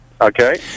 Okay